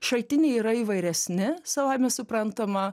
šaltiniai yra įvairesni savaime suprantama